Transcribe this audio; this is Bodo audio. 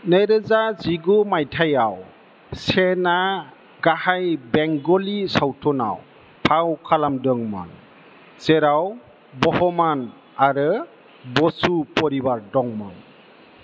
नैरोजा जिगु मायथाइयाव सेना गाहाय बेंगलि सावथुनआव फाव खालामदोंमोन जेराव बह'मान आरो बसु परिबार दंमोन